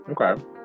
Okay